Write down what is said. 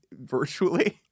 virtually